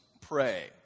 pray